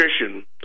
nutrition